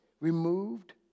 removed